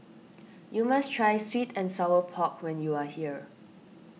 you must try Sweet and Sour Pork when you are here